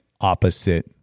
opposite